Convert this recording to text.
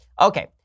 Okay